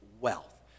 Wealth